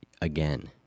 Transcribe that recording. again